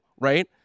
right